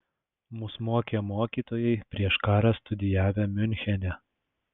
mus mokė mokytojai prieš karą studijavę miunchene